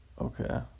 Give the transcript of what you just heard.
Okay